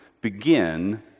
begin